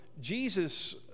Jesus